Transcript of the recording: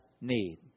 need